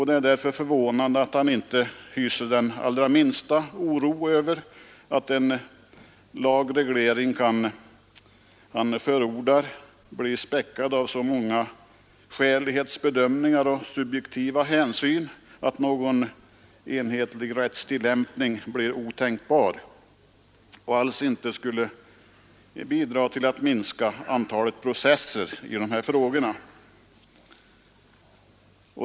Det är därför förvånande att han inte hyser den allra minsta oro över att den lagreglering som han förordar kan bli späckad av så många skälighetsbedömningar och subjektiva hänsyn att en enhetlig rättstillämpning blir otänkbar och att lagen alls inte skulle bidra till att minska antalet processer i dessa frågor.